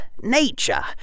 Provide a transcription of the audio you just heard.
nature